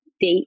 date